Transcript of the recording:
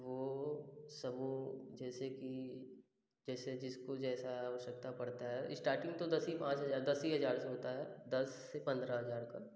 वो समूह जैसे कि जैसे जिसको जैसा आवश्यकता पड़ता है स्टार्टिंग तो दस ही पाँच हजार दस ही हजार से होता है दस से पंद्रह हजार का